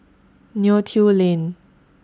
Neo Tiew Lane